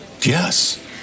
Yes